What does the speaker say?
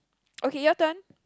okay your turn